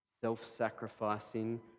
self-sacrificing